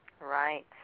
Right